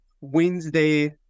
wednesday